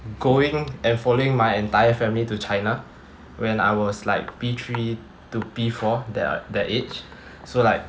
going and following my entire family to china when I was like P three to P four their that age so like